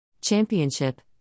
Championship